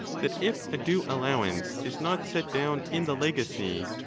that if a due allow ance is not set down in the legacy,